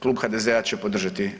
Klub HDZ-a će podržati